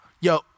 yo